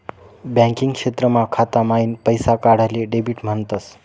banking क्षेत्रमा खाता माईन पैसा काढाले डेबिट म्हणतस